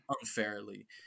unfairly